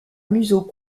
museau